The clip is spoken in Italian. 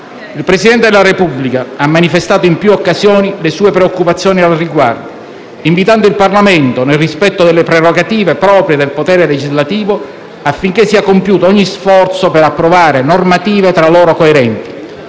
Il Presidente della Repubblica ha manifestato in più occasioni le sue preoccupazioni al riguardo, invitando il Parlamento, nel rispetto delle prerogative proprie del potere legislativo, affinché sia compiuto ogni sforzo per approvare normative tra loro coerenti.